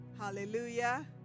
hallelujah